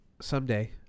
Someday